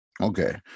Okay